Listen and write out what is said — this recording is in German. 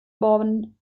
worden